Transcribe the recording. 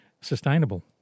sustainable